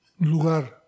Lugar